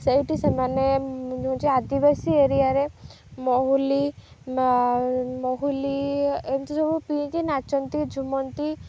ସେଇଠି ସେମାନେ ହେଉଛି ଆଦିବାସୀ ଏରିଆରେ ମହୁଲି ମହୁଲି ଏମିତି ସବୁ ପିଇକି ନାଚନ୍ତି ଝୁମନ୍ତି